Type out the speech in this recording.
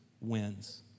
wins